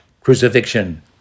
crucifixion